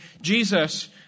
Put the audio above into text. Jesus